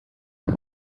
how